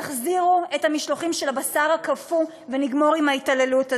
תחזירו את המשלוחים של הבשר הקפוא ונגמור עם ההתעללות הזו.